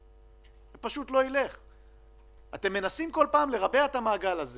אתם מנסים כל פעם לרבע את המעגל הזה